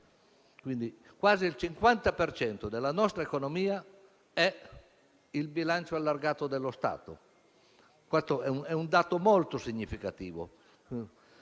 Quindi quasi il 50 per cento della nostra economia è il bilancio allargato dello Stato: questo è un dato molto significativo.